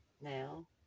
Now